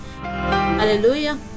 Hallelujah